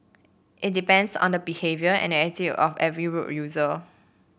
it depends on the behaviour and attitude of every road user